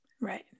right